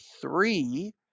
three